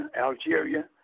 Algeria